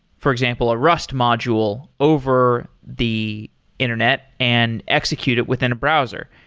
for example a rust module over the internet and execute it within a browser.